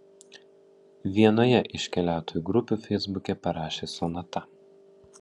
vienoje iš keliautojų grupių feisbuke parašė sonata